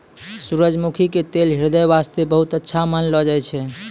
सूरजमुखी के तेल ह्रदय वास्तॅ बहुत अच्छा मानलो जाय छै